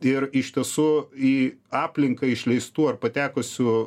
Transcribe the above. ir iš tiesų į aplinką išleistų ar patekusių